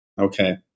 okay